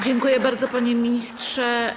Dziękuję bardzo, panie ministrze.